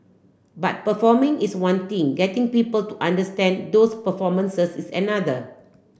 but performing is one thing getting people to understand those performances is another